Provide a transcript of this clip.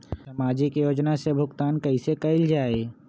सामाजिक योजना से भुगतान कैसे कयल जाई?